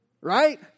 right